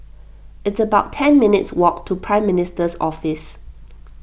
it's about ten minutes' walk to Prime Minister's Office